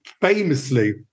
famously